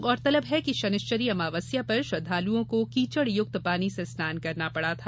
गौरतलब है कि शनिश्चरी अमावस्या पर श्रद्धालुओं को कीचड़युक्त पानी से स्नान करना पड़ा था